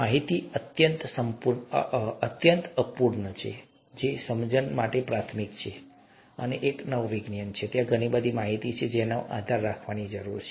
માહિતી અત્યંત અપૂર્ણ છે સમજણ પ્રાથમિક છે અને કારણ કે તે એક નવું વિજ્ઞાન છે ત્યાં ઘણી બધી માહિતી છે જેના પર આધાર રાખવાની જરૂર છે